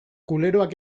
kuleroak